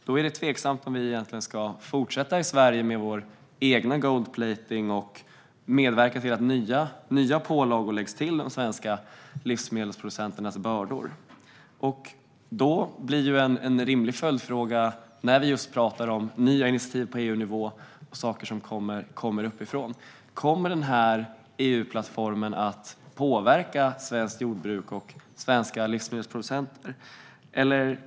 Det är tveksamt om vi i Sverige ska fortsätta med vår egen gold-plating och medverka till att nya pålagor läggs till de svenska livsmedelsproducenternas bördor. Då blir en rimlig följdfråga - när vi talar om nya initiativ på EU-nivå och saker som kommer uppifrån - om denna EU-plattform kommer att påverka svenskt jordbruk och svenska livsmedelsproducenter.